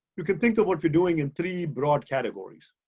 you can think of what we're doing in three broad categories.